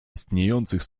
istniejących